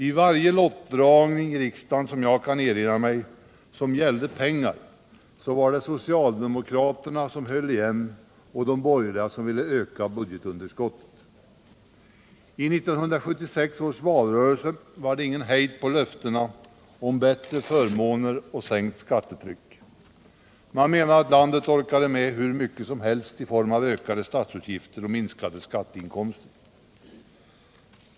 I varje lottdragning som jag kan erinra mig som gällde pengar var det socialdemokraterna som höll igen och de borgerliga som ville öka budgetunderskottet. I 1976 års valrörelse var det ingen hejd på löftena om bättre förmåner och sänkt skattetryck. Man menade att landet orkade med hur mycket som helst i form av ökade statsutgifter och minskade skatteinkomster.